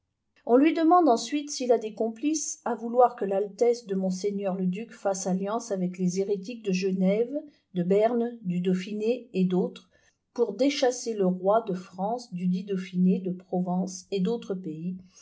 on lui demande ensuite s'il a des complices à vouloir que l'altesse de monseigneur le duc fasse alliance avec les hérétiques de genève de berne du dauphiné et d'autres pour déchasser le roi de france dudit dauphiné de provence et d'autres pays